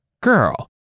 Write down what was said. girl